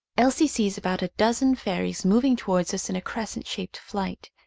elsie sees about a dozen fairies moving towards us in a crescent-shaped flight.